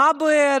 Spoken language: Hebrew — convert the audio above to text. מה בוער?